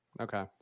Okay